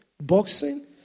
boxing